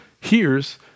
hears